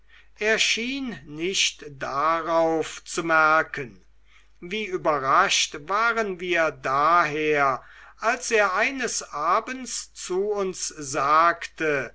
schien nicht darauf zu merken wie überrascht waren wir daher als er eines abends zu uns sagte